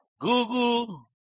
Google